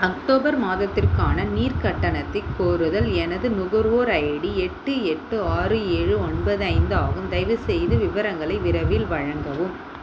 October மாதத்திற்கான நீர் கட்டணத்தை கோருதல் எனது நுகர்வோர் ஐடி எட்டு எட்டு ஆறு ஏழு ஒன்பது ஐந்து ஆகும் தயவுசெய்து விவரங்களை விரைவில் வழங்கவும்